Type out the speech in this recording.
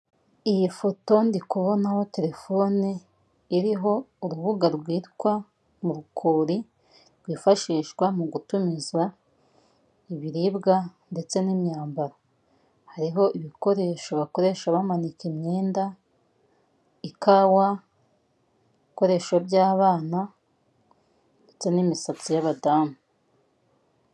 Iyi foto ndi kubonaho terefoni iriho urubuga rwitwa Murukori. Rwifashishwa mu gutumiza ibiribwa ndetse n'imyambaro. Hariho ibikoresho bakoresha bamanika imyenda, ikawa, ibikoresho by'abana, ndetse n'imisatsi y'abadamu.